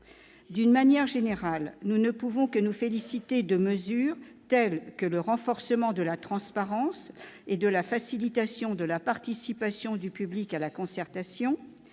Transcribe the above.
D'une manière générale, nous ne pouvons que nous féliciter de mesures telles que le renforcement de la transparence, la participation plus facile du public à la concertation,